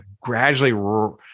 gradually